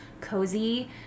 cozy